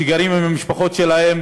שגרים עם המשפחות שלהם,